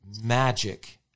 magic